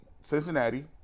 Cincinnati